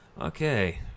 okay